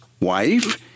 wife